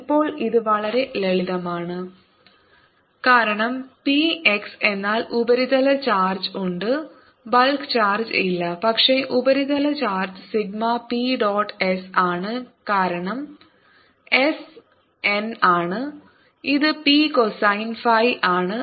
ഇപ്പോൾ ഇത് വളരെ ലളിതമാണ് കാരണം P x എന്നാൽ ഉപരിതല ചാർജ് ഉണ്ട് ബൾക്ക് ചാർജ് ഇല്ല പക്ഷേ ഉപരിതല charge sigma P dot S ആണ് കാരണം എസ് എൻ ആണ് ഇത് പി കോസൈൻ ഫൈ ആണ്